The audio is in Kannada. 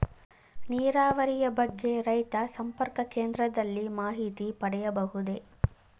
ನೀರಾವರಿಯ ಬಗ್ಗೆ ರೈತ ಸಂಪರ್ಕ ಕೇಂದ್ರದಲ್ಲಿ ಮಾಹಿತಿ ಪಡೆಯಬಹುದೇ?